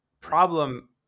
problem